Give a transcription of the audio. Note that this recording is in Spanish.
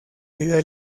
vida